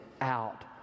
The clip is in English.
out